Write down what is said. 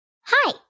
Hi